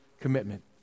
commitment